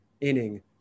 inning